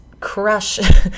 crush